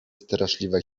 straszliwe